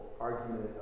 Argument